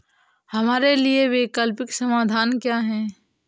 हमारे लिए वैकल्पिक समाधान क्या है?